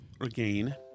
again